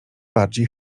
bardziej